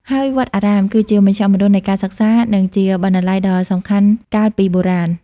ហើយវត្តអារាមគឺជាមជ្ឈមណ្ឌលនៃការសិក្សា និងជាបណ្ណាល័យដ៏សំខាន់កាលពីបុរាណ។